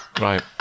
Right